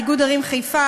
איגוד ערים חיפה,